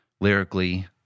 lyrically